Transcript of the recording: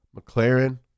McLaren